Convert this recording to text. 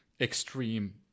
extreme